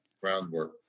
groundwork